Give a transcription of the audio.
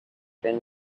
been